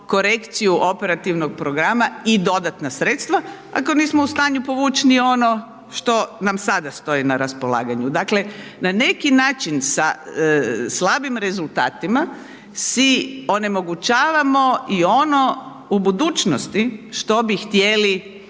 korekciju Operativnog programa i dodatna sredstava ako nismo u stanju povuć ni ono što nam sada stoji na raspolaganju. Dakle, na neki način sa slabim rezultatima si onemogućavamo i ono u budućnosti što bi htjeli i